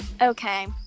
Okay